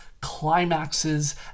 climaxes